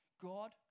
God